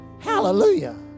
Hallelujah